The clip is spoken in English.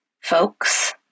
folks